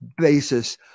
basis